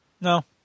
No